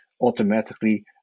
automatically